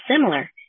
similar